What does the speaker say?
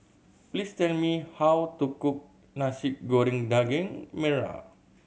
please tell me how to cook Nasi Goreng Daging Merah